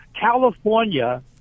California